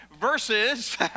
versus